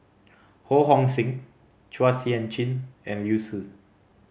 Ho Hong Sing Chua Sian Chin and Liu Si